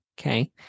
Okay